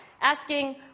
asking